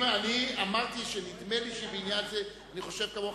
אמרתי שנדמה לי שבעניין זה אני חושב כמוך,